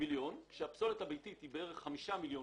מיליון - הפסולת הביתית היא בערך 5 מיליון